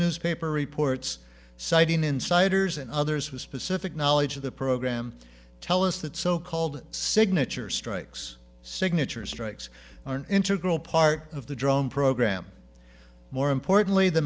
newspaper reports citing insiders and others with specific knowledge of the program tell us that so called signature strikes signature strikes are an integral part of the drone program more importantly the